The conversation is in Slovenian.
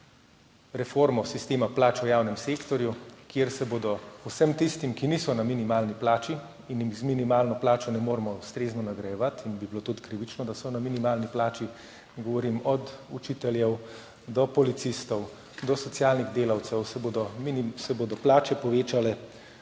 reformo sistema plač v javnem sektorju, kjer se bodo vsem tistim, ki niso na minimalni plači in jih z minimalno plačo ne moremo ustrezno nagrajevati in bi bilo tudi krivično, da so na minimalni plači – govorim od učiteljev do policistov, do socialnih delavcev – plače povečale